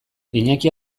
iñaki